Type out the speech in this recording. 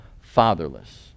fatherless